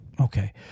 okay